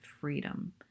freedom